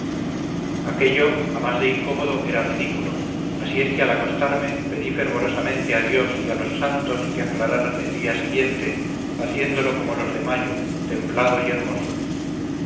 aquello a más de incómodo era ridículo así es que al acostarme pedí fervorosamente a dios y a los santos que aclararan el día siguiente haciéndolo como los de mayo templado y hermoso